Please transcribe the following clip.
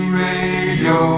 radio